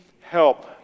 help